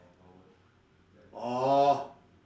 orh